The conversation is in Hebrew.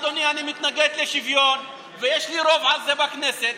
אדוני: אני מתנגד לשוויון ויש לי רוב על זה בכנסת.